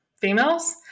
females